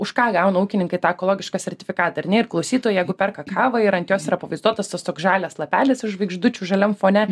už ką gauna ūkininkai tą ekologišką sertifikatą ir ne ir klausytojai jeigu perka kavą ir ant jos yra pavaizduotas tas toks žalias lapelis iš žvaigždučių žaliam fone